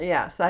Yes